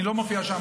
אני לא מופיע שם,